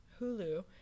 Hulu